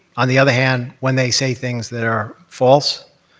on the other hand, when they say things that are false,